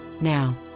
Now